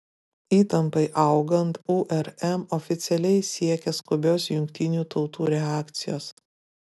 įtampai augant urm oficialiai siekia skubios jungtinių tautų reakcijos